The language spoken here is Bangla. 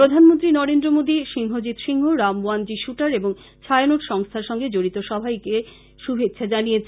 প্রধানমন্ত্রী নরেন্দ্র মোদী সিংহজিৎ সিংহ রাম ওয়ানজি শুটার এবং ছায়ানট সংস্থার সঙ্গে জড়িত সবাইকে শুভেচ্ছা জানিয়েছেন